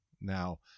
Now